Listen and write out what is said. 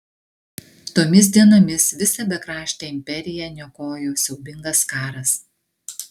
tomis dienomis visą bekraštę imperiją niokojo siaubingas karas